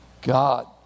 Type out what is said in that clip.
God